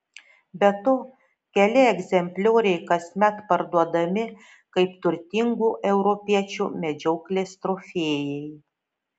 be to keli egzemplioriai kasmet parduodami kaip turtingų europiečių medžioklės trofėjai